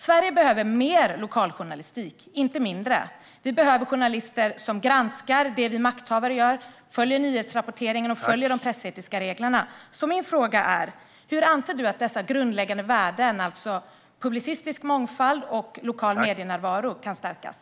Sverige behöver mer lokaljournalistik, inte mindre. Vi behöver journalister som granskar det vi makthavare gör, följer nyhetsrapporteringen och följer de pressetiska reglerna. Min fråga är: Hur anser ministern att dessa grundläggande värden, alltså publicistisk mångfald och lokal medienärvaro, kan stärkas?